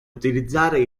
utilizzare